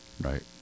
right